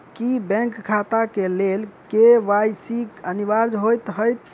की bank खाता केँ लेल के.वाई.सी अनिवार्य होइ हएत?